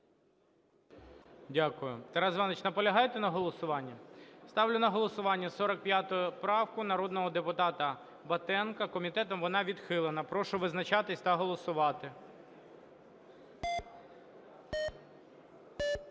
Дякую. Тарас Іванович, наполягаєте на голосуванні? Ставлю на голосування 45 правку народного депутата Батенка, комітетом вона відхилена. Прошу визначатись та голосувати.